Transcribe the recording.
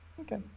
Okay